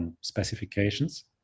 specifications